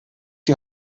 die